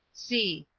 c.